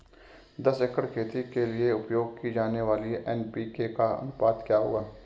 दस एकड़ खेती के लिए उपयोग की जाने वाली एन.पी.के का अनुपात क्या होगा?